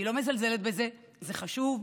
אני לא מזלזלת בזה, זה חשוב.